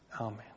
Amen